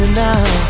now